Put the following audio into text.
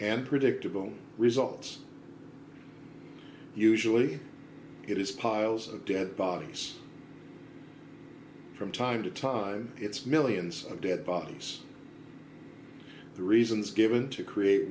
and predictable results usually it is piles of dead bodies from time to time its millions of dead bodies the reasons given to create